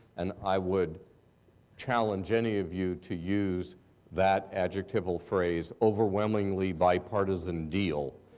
and i would challenge any of you to use that adjectival phrase, overwhelmingly bipartisan deal,